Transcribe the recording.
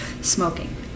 smoking